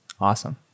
Awesome